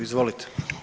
Izvolite.